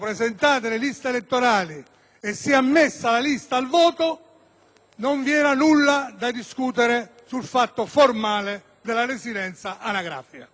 non vi era nulla da discutere sul fatto formale della residenza anagrafica. Allora, la Giunta ha percorso l'altra strada,